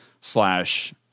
slash